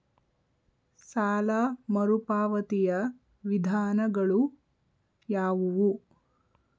ಸಾಲ ಮರುಪಾವತಿಯ ವಿಧಾನಗಳು ಯಾವುವು?